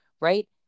right